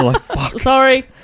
sorry